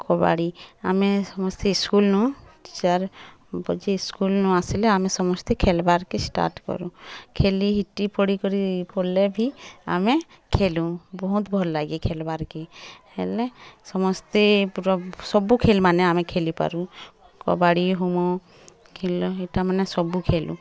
କବାଡ଼ି ଆମେ ସମସ୍ତେ ସ୍କୁଲନୁଁ ଚାର୍ ବଜେ ଇସ୍କୁଲନୁ ଆସ୍ଲେ ଆମେ ସମସ୍ତେ ଖେଲ୍ବାର୍କେ ଷ୍ଟାର୍ଟ କରୁଁ ଖେଲି ହିଟି ପଡ଼ି କରି ପଡ଼୍ଲେ ବି ଆମେ ଖେଲୁଁ ବହୁତ୍ ଭଲ୍ ଲାଗେ ଖେଲବାର୍ କେ ହେଲେ ସମସ୍ତେ ସବୁ ଖେଲ୍ ମାନେ ଆମେ ଖେଲିପାରୁଁ କବାଡ଼ି ହୋମୋ ହେଟା ମାନେ ସବୁ ଖେଲୁଁ